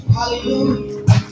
Hallelujah